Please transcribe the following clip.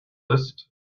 list